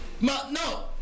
No